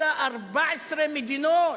אלא 14 מדינות